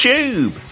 Tube